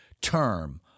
term